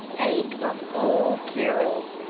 ache of old carols!